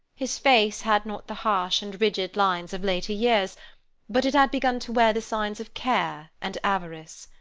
his face had not the harsh and rigid lines of later years but it had begun to wear the signs of care and avarice.